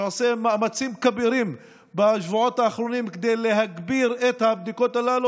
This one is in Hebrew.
שעושה מאמצים כבירים בשבועות האחרונים כדי להגביר את הבדיקות הללו.